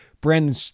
Brandon